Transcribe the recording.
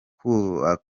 kuba